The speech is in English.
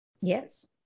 Yes